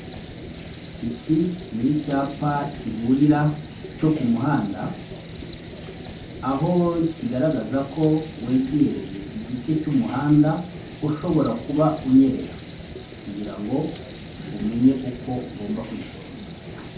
Iki ni icyapa kiburira, cyo ku muhanda, aho kigaragaza ko wegereye igice cy'umuhanda ushobora kuba unyerera. Kugira ngo umenye uko ugomba kwitonda.